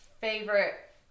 favorite